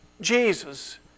Jesus